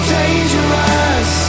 dangerous